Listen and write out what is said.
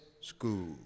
school